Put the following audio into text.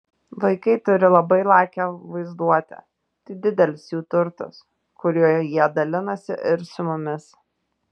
vaikai turi labai lakią vaizduotę tai didelis jų turtas kuriuo jie dalinasi ir su mumis